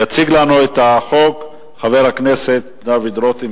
יציג לנו את החוק חבר הכנסת דוד רותם,